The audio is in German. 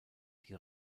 die